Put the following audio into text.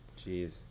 Jeez